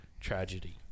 tragedy